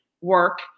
work